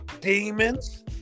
demons